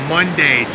Monday